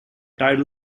tidal